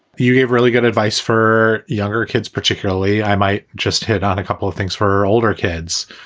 you have really good advice for younger kids particularly. i might just hit on a couple of things for older kids.